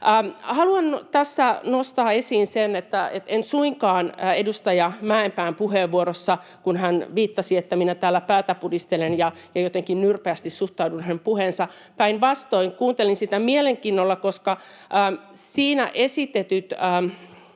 Haluan tässä nostaa esiin sen, että kun edustaja Mäenpää puheenvuorossaan viittasi, että minä täällä päätä pudistelen ja jotenkin nyrpeästi suhtaudun hänen puheeseensa, niin päinvastoin kuuntelin sitä mielenkiinnolla, koska siinä esitetyt